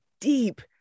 deep